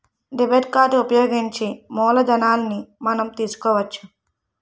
debit card ఉపయోగించి మూలధనాన్ని మనం తీసుకోవచ్చు